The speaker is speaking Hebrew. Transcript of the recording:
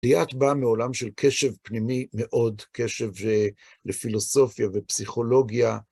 ליאת באה מעולם של קשב פנימי מאוד, קשב לפילוסופיה ופסיכולוגיה.